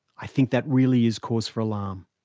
i think that really is cause for alarm.